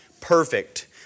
perfect